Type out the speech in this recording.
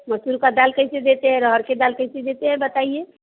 मसूर का दाल कैसे देते है अरहर के दाल कैसे देते है बताइए